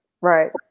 right